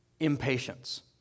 impatience